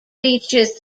features